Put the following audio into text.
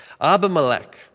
Abimelech